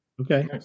Okay